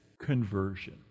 conversion